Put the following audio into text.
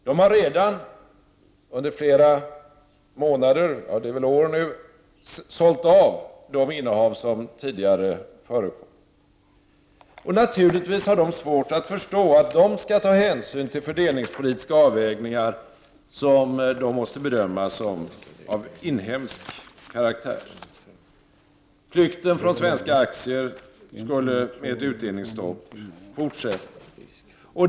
De har redan under flera månader — det är väl ett år nu — sålt av det innehav som tidigare förekom. Naturligtvis har de svårt att förstå att de skall ta hänsyn till fördelningspolitiska avvägningar som måste bedömas vara av inhemsk karaktär. Flykten från svenska aktier skulle fortsätta med ett utdelningsstopp.